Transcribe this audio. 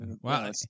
Wow